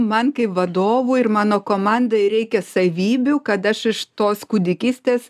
man kaip vadovo ir mano komandai reikia savybių kad aš iš tos kūdikystės